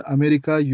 America